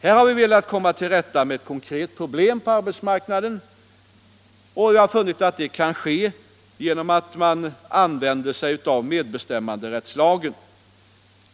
Här har vi velat komma till rätta med ett konkret problem på arbetsmarknaden, och vi har funnit att det kan ske genom att använda medbestämmanderättslagen.